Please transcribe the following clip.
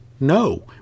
No